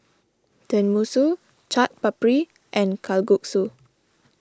Tenmusu Chaat Papri and Kalguksu